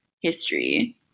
history